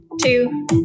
two